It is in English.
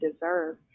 deserve